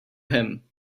him